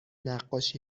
نقاشی